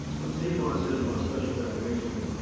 what state law says about special valuation is,